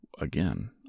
again